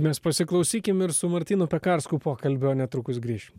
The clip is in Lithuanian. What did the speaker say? mes pasiklausykim ir su martynu pekarsku pokalbio netrukus grįšim